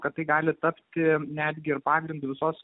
kad tai gali tapti netgi pagrindu visos